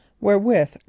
wherewith